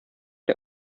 der